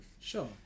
sure